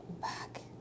back